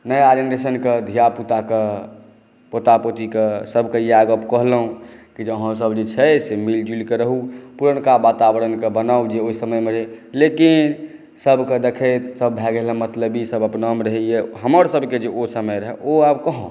नया जेनरेशनके धिया पुताके पोता पोतीके सभकेऽ इएह गप कहलहुँ कि अहाँ सभ जे छै से मिलजुलि कऽ रहु पुरनका वातावरणकेँ बनाउ जे ओहि समयमे रहै लेकिन सभके देखैत सभ भए गेल हँ मतलबी सभ अपनामे रहैए हमर सभकेँ जे ओ समय रहै ओ आब कहाँ